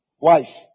Wife